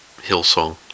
Hillsong